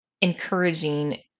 encouraging